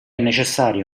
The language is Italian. necessario